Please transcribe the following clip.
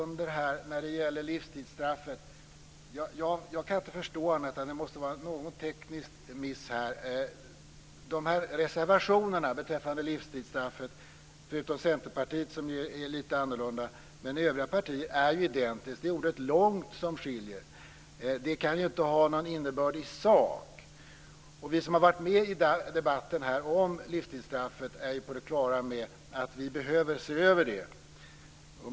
När det gäller livstidsstraffet kan jag inte förstå annat än att det måste vara någon teknisk miss. Reservationerna beträffande livstidsstraffet är, utom Centerpartiets som är litet annorlunda, identiska från de övriga partierna. Det är ordet "långt" som skiljer. Det kan inte ha någon innebörd i sak. Vi som varit med i debatten i dag om livstidsstraffet är på det klara med att vi behöver se över det.